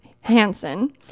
Hansen